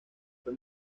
fue